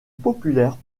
populaire